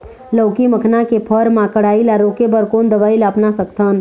लाउकी मखना के फर मा कढ़ाई ला रोके बर कोन दवई ला अपना सकथन?